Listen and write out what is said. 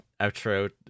outro